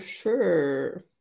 sure